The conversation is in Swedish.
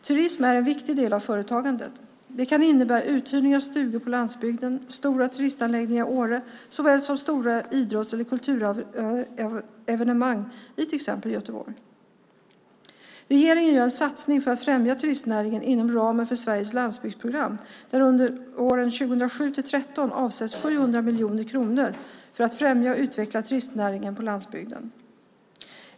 Turism är en viktig del av företagandet. Det kan innebära uthyrning av stugor på landsbygden, stora turistanläggningar i Åre såväl som stora idrotts eller kulturevenemang i till exempel Göteborg. Regeringen gör en satsning för att främja turistnäringen inom ramen för Sveriges landsbygdsprogram, där under åren 2007-2013 det avsätts 700 miljoner kronor för att främja och utveckla turistnäringen på landsbygden.